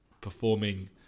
performing